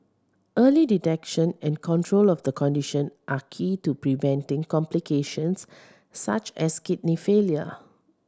early detection and control of the condition are key to preventing complications such as kidney failure